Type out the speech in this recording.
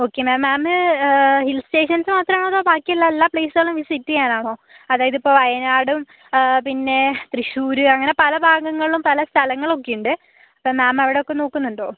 okay ma'am ma'am hill stations മാത്രമാണോ അതോ ബാക്കിയുള്ള എല്ലാ പ്ലേസുകളും വിസിറ്റ് ചെയ്യാനാണോ അതായത് ഇപ്പോൾ വയനാടും പിന്നെ തൃശ്ശൂര് അങ്ങനെ പല ഭാഗങ്ങളും പല സ്ഥലങ്ങളും ഒക്കെയുണ്ട് അപ്പം മാമ് അവിടൊക്കെ നോക്കുന്നുണ്ടോ